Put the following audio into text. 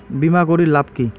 বিমা করির লাভ কি?